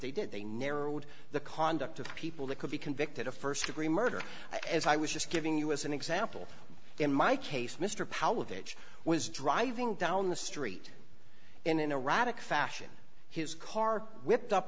they did they narrowed the conduct of people that could be convicted of st degree murder as i was just giving us an example in my case mr powell of age was driving down the street in an erratic fashion his car whipped up